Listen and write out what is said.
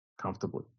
comfortably